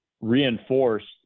reinforced